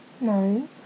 no